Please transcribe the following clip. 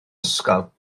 ysgol